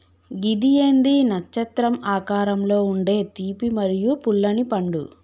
గిది ఏంది నచ్చత్రం ఆకారంలో ఉండే తీపి మరియు పుల్లనిపండు